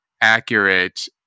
accurate